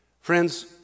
Friends